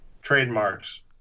trademarks